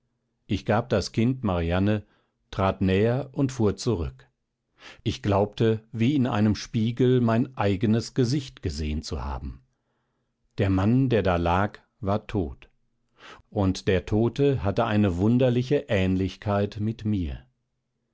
ich gab das kind marianne trat näher und fuhr zurück ich glaubte wie in einem spiegel mein eigenes gesicht gesehen zu haben der mann der da lag war tot und der tote hatte eine wunderliche ähnlichkeit mit mir